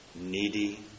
Needy